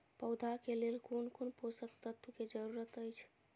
पौधा के लेल कोन कोन पोषक तत्व के जरूरत अइछ?